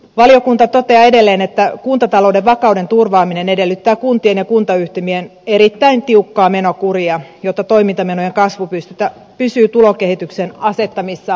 valiokunta toteaa edelleen että kuntatalouden vakauden turvaaminen edellyttää kuntien ja kuntayhtymien erittäin tiukkaa menokuria jotta toimintamenojen kasvu pysyy tulokehityksen asettamissa rajoissa